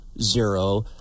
zero